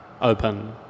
open